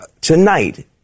tonight